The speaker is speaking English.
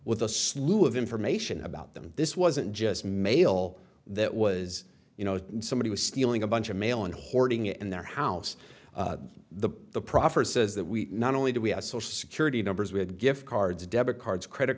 with a slew of information about them this wasn't just mail that was you know somebody was stealing a bunch of mail and hoarding it in their house the the proffer says that we not only do we have social security numbers we had gift cards debit cards credit